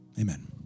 Amen